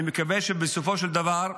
אני מקווה שבסופו של דבר,